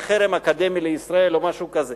לחרם אקדמי על ישראל או משהו כזה,